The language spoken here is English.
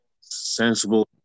sensible